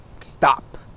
Stop